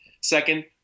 Second